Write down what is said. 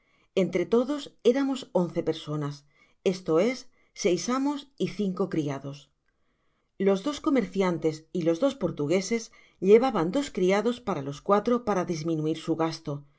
entre todos éramos once personas esto es seis amos y cinco criados los dos comerciantes y los dos portugueses llevaban dos criados para los cuatro para disminuir su gasto en